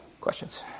questions